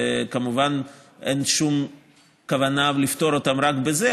וכמובן אין שום כוונה לפטור אותם רק בזה.